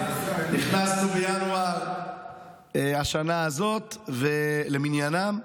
נכנסנו בינואר השנה הזאת, למניינם,